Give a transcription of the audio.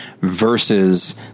versus